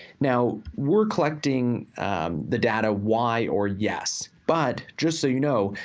now, we're collecting the data y or yes. but just so you know,